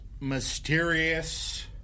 mysterious